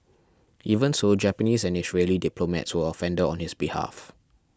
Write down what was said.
even so Japanese and Israeli diplomats were offended on his behalf